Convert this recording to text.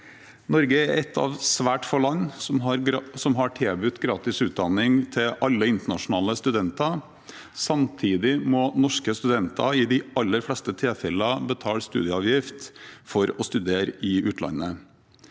Norge er et av svært få land som har tilbudt gratis utdanning til alle internasjonale studenter. Samtidig må norske studenter i de aller fleste tilfellene betale studieavgift for å studere i utlandet.